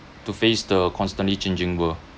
to face the constantly changing world